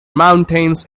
mountains